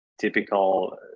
typical